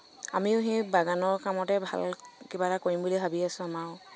আমিও সেই বাগানৰ কামতে ভাল কিবা এটা কৰিম বুলি ভাবি আছো আমাৰো